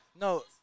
No